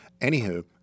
Anywho